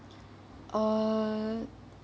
uh